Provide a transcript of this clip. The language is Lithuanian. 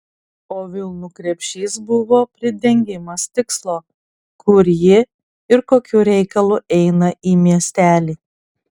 o vilnų krepšys buvo pridengimas tikslo kur ji ir kokiu reikalu eina į miestelį